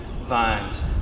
vines